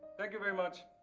thank you very much.